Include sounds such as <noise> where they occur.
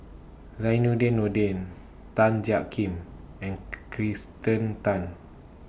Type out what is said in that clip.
Zainudin Nordin Tan Jiak Kim and <noise> Kirsten Tan